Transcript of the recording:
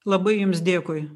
labai jums dėkui